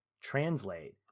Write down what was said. translate